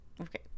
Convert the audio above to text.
okay